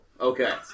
okay